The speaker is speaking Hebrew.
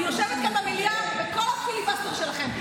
אני יושבת כאן במליאה בכל הפיליבסטר שלכם.